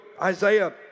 Isaiah